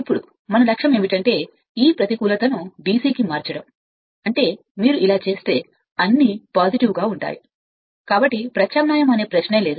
ఇప్పుడు మన లక్ష్యం ఈ ప్రతికూలతను DC కి మార్చడం అంటే మీరు ఇలా చేస్తే అన్నీ మీరు పాజిటివ్ అని పిలుస్తారు కాబట్టి ప్రత్యామ్నాయం అనే ప్రశ్న లేదు